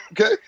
okay